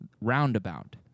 roundabout